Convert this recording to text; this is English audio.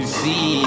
see